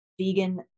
Vegan